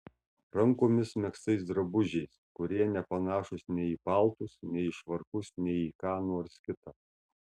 rankomis megztais drabužiais kurie nepanašūs nei į paltus nei į švarkus nei į ką nors kita